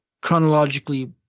chronologically –